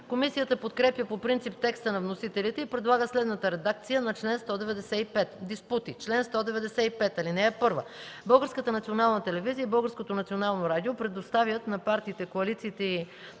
Комисията подкрепя по принцип текста на вносителите и предлага следната редакция на чл. 195: „Диспути Чл. 195. (1) Българската национална телевизия и Българското национално радио предоставят на партиите, коалициите и